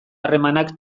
harremanak